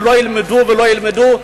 ולא ילמדו ולא ילמדו.